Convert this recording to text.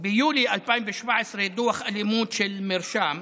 ביולי 2017, דוח אלימות של מרשם,